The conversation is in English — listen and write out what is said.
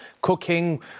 cooking